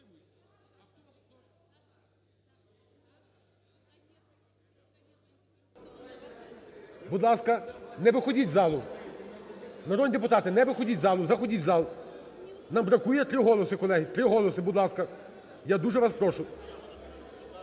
Будь ласка, не виходьте з залу, народні депутати, не виходьте з залу, заходьте в зал. Нам бракує три голоси, колеги, три голоси, будь ласка, я дуже вас прошу.